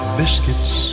biscuits